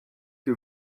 que